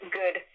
good